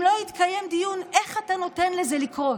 אם לא התקיים דיון, איך אתה נותן לזה לקרות?